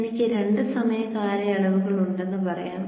എനിക്ക് രണ്ട് സമയ കാലയളവുകൾ ഉണ്ടെന്ന് പറയാം